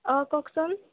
অঁ কওকচোন